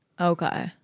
Okay